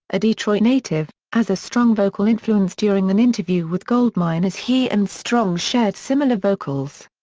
a detroit native, as a strong vocal influence during an interview with goldmine as he and strong shared similar vocals.